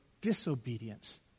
disobedience